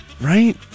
right